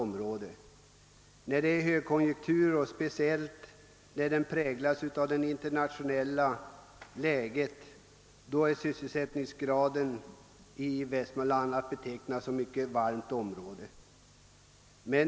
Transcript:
När det råder högkonjunktur, och speciellt när denna präglas av det internationella läget, är Västmanland i sysselsättningshänseende att betrakta som ett mycket »varmt« område.